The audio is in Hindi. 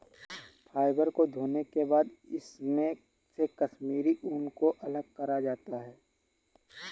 फ़ाइबर को धोने के बाद इसमे से कश्मीरी ऊन को अलग करा जाता है